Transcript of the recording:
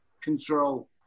control